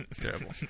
Terrible